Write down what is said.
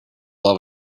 will